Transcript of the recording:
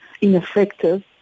ineffective